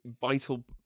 vital